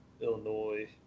illinois